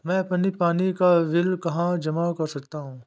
मैं अपने पानी का बिल कहाँ जमा कर सकता हूँ?